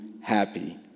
happy